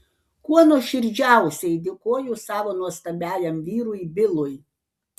kuo nuoširdžiausiai dėkoju savo nuostabiajam vyrui bilui